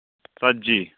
ژَتجی